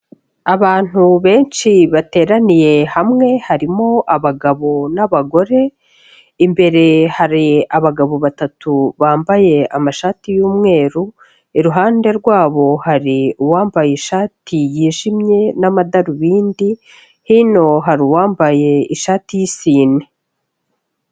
Abantu benshi bateraniye hamwe, harimo abagabo n'abagore, imbere hari abagabo batatu bambaye amashati y'umweru, iruhande rwabo hari uwambaye ishati yijimye n'amadarubindi, hino hari uwambaye ishati y'isine.